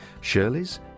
Shirley's